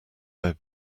their